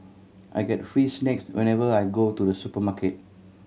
I get free snacks whenever I go to the supermarket